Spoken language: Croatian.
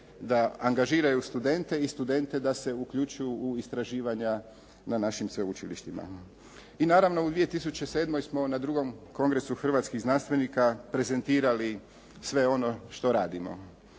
da angažiraju studente i studente da se uključuju u istraživanja na našim sveučilištima. I naravno, u 2007. smo na 2. kongresu hrvatskih znanstvenika prezentirali i sve ono što radimo.